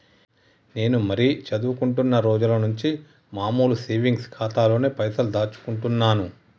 నేను మరీ చదువుకుంటున్నా రోజుల నుంచి మామూలు సేవింగ్స్ ఖాతాలోనే పైసలు దాచుకుంటున్నాను